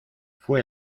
fue